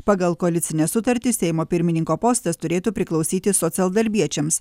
pagal koalicinę sutartį seimo pirmininko postas turėtų priklausyti socialdarbiečiams